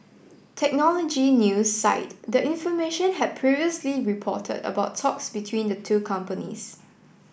technology news site the information had previously reported about talks between the two companies